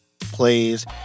plays